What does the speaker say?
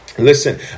Listen